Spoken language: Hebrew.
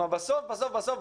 בסוף בסוף,